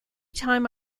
time